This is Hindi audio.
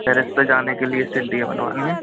टेरेस पे जाने के लिए सीढ़ियाँ बनवानी है